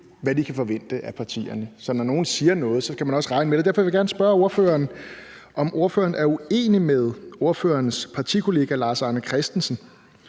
hvad de kan forvente af partierne, så når nogle siger noget, kan man også regne med det. Derfor vil jeg gerne spørge ordføreren, om ordføreren er uenig med sin partikollega Lars Arne Christensen,